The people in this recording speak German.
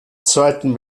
zweiten